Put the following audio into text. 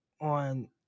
on